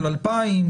של 2,000,